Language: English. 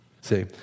See